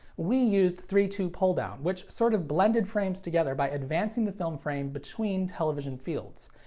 we used three-two pull down, which sort of blended frames together by advancing the film frame between television fields.